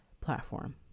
platform